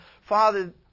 Father